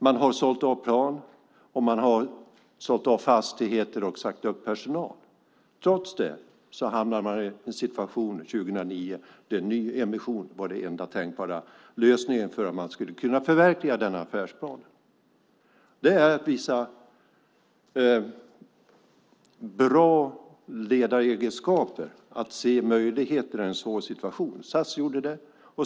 Man har sålt av plan, man har sålt av fastigheter och man har sagt upp personal. Trots det hamnade man 2009 i en situation där nyemission var den enda tänkbara lösningen för att man skulle kunna förverkliga denna affärsplan. Det är att visa bra ledaregenskaper att se möjligheterna i en svår situation. SAS gjorde det.